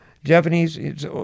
Japanese